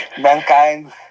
Mankind